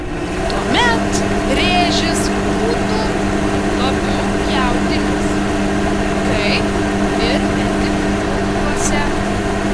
tuomet rėžis būtų labiau pjautinis kaip ir mentikauliuose